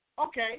Okay